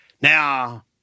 Now